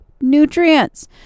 nutrients